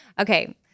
Okay